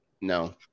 No